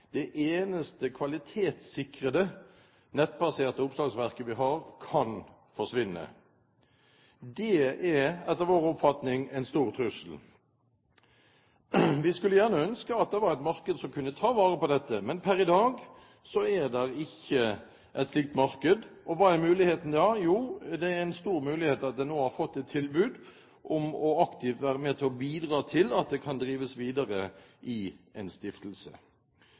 det eneste kvalitetssikrede nettbaserte oppslagsverket vi har, kan forsvinne. Det er etter vår oppfatning en stor trussel. Vi skulle ønske at det var et marked som kunne ta vare på dette, men per i dag er det ikke et slikt marked. Hva er muligheten da? Jo, det er en stor mulighet at en nå har fått tilbud om aktivt å være med på å bidra til at det kan drives videre i en stiftelse.